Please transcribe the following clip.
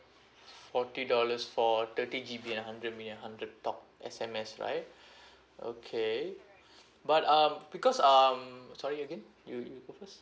forty dollars for thirty G_B and hundred minute and hundred talk S_M_S right okay but um because um sorry again you you go first